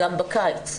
גם בקיץ,